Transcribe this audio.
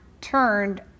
turned